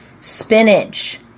spinach